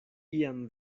iam